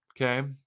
okay